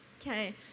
Okay